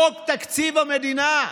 חוק תקציב המדינה,